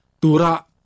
tura